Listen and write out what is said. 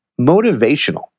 motivational